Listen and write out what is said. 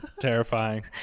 Terrifying